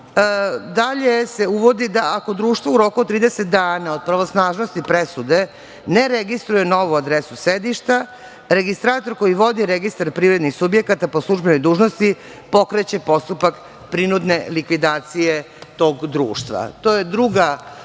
uvodi se da ako društvo u roku od 30 dana od pravosnažnosti presude ne registruje novu adresu sedišta, registrator koji vodi registar privrednih subjekata po službenoj dužnosti pokreće postupak prinudne likvidacije tog društva.